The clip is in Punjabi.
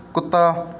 ਕੁੱਤਾ